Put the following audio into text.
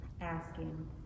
asking